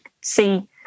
see